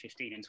2015